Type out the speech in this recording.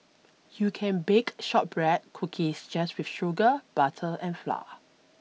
you can bake shortbread cookies just with sugar butter and flour